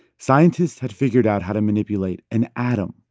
scientists had figured out how to manipulate an atom,